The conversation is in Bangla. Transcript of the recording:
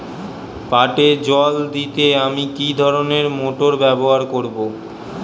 পাটে জল দিতে আমি কি ধরনের মোটর ব্যবহার করব?